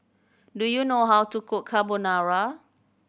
do you know how to cook Carbonara